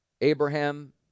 Abraham